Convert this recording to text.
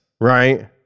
right